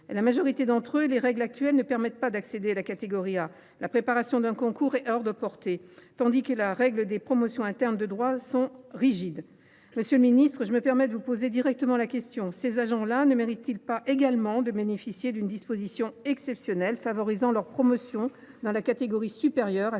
la majorité d’entre eux d’accéder à la catégorie A : la préparation d’un concours est hors de leur portée, tandis que les règles de promotion interne de droit commun sont rigides. Monsieur le ministre, je me permets de vous poser directement la question : ces agents là ne méritent ils pas également de bénéficier d’une disposition exceptionnelle favorisant leur promotion dans la catégorie supérieure,